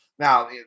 Now